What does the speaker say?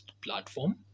platform